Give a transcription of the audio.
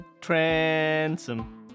Transom